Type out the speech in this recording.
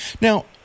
Now